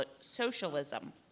Socialism